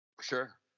Sure